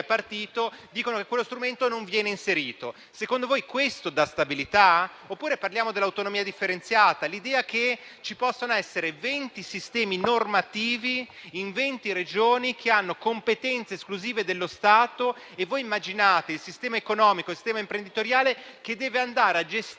dicono che quello strumento non viene inserito. Secondo voi, questo dà stabilità? Oppure, parliamo dell'autonomia differenziata: l'idea che ci possano essere venti sistemi normativi in venti Regioni che hanno competenze esclusive dello Stato, immaginate il sistema economico e il sistema imprenditoriale che devono andare a gestire